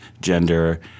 gender